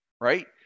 right